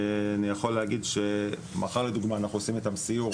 אני יכול להגיד שמחר לדוגמה אנחנו עושים איתם סיור